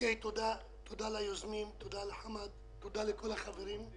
תודה ליוזמים, תודה לחמד עמאר, תודה לכל החברים.